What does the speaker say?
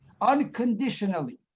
Unconditionally